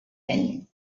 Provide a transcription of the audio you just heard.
venue